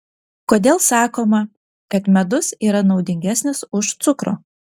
kodėl sakoma kad medus yra naudingesnis už cukrų